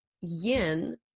yin